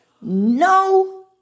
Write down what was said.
no